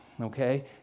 okay